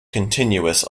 continuous